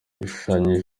bishushanya